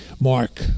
mark